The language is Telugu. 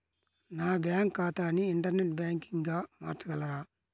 నా బ్యాంక్ ఖాతాని ఇంటర్నెట్ బ్యాంకింగ్గా మార్చగలరా?